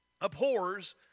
abhors